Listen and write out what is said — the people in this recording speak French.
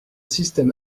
système